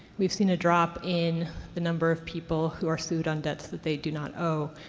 we've seen a drop in the number of people who are sued on debts that they do not owe,